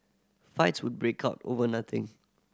fights would break out over nothing